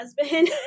husband